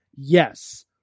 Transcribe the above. Yes